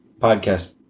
Podcast